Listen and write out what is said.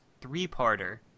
three-parter